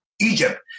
egypt